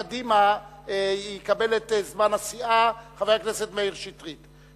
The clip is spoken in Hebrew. אני מבין שמטעם קדימה יקבל את זמן הסיעה חבר הכנסת מאיר שטרית,